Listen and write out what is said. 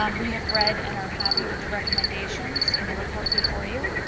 um we have read and are happy with the recommendation in the report before you,